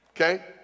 Okay